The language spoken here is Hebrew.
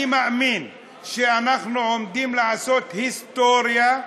אני מאמין שאנחנו עומדים לעשות היסטוריה,